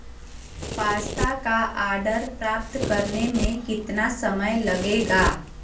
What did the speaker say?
pasta का order प्राप्त करने में कितना समय लगेगा